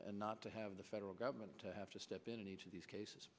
and not to have the federal government to have to step in each of these cases